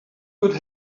could